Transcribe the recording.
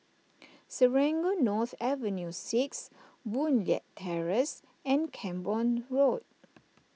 Serangoon North Avenue six Boon Leat Terrace and Camborne Road